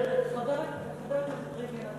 חבר הכנסת ריבלין,